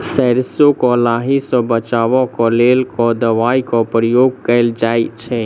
सैरसो केँ लाही सऽ बचाब केँ लेल केँ दवाई केँ प्रयोग कैल जाएँ छैय?